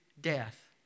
death